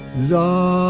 the